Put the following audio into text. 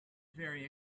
very